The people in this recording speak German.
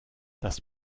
das